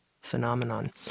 phenomenon